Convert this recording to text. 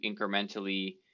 incrementally